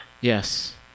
Yes